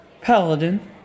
paladin